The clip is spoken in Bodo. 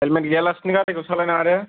हेलमेट गैयालासिनो गारिखौ सालाय नाङा दे